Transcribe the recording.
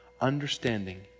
Understanding